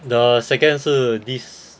the second 是 this